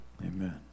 Amen